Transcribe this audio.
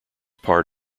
part